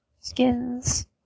skins